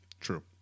True